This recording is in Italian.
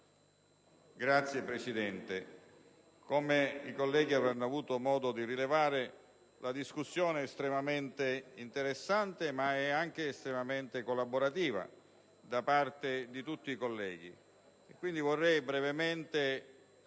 Signor Presidente, come i colleghi avranno avuto modo di rilevare, la discussione è estremamente interessante ma anche estremamente collaborativa da parte di tutti colleghi. Vorrei quindi brevemente utilizzare